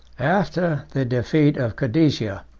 after the defeat of cadesia,